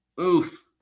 Oof